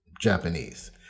Japanese